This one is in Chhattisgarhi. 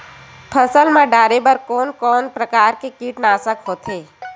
फसल मा डारेबर कोन कौन प्रकार के कीटनाशक होथे?